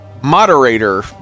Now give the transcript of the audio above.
moderator